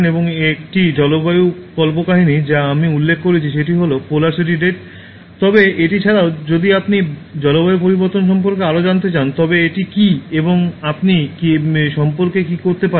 এবং একটি জলবায়ু কল্পকাহিনী যা আমি উল্লেখ করেছি সেটি হল পোলার সিটি রেড তবে এটি ছাড়াও যদি আপনি জলবায়ু পরিবর্তন সম্পর্কে আরও জানতে চান তবে এটি কী এবং আপনি এটি সম্পর্কে কী করতে পারেন